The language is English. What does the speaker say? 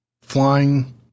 flying